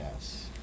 Yes